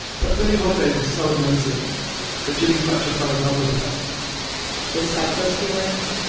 but billie holiday was so amazing that jimmy fletcher fell in love with her despite those feelings,